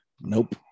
Nope